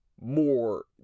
more